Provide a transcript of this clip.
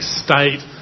state